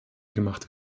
gemacht